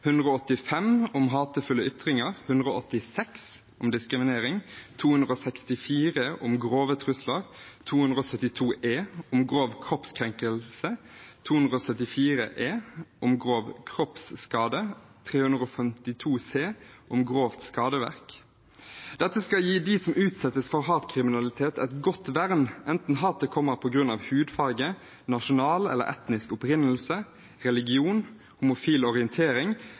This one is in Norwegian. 185, om hatefulle ytringer, § 186, om diskriminering, § 264, om grove trusler, § 272 e, om grov kroppskrenkelse, § 274 e, om grov kroppsskade, og § 352 c, om grovt skadeverk. Dette skal gi dem som utsettes for hatkriminalitet, et godt vern enten hatet kommer på grunn av hudfarge, nasjonal eller etnisk opprinnelse, religion, homofil orientering